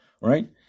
Right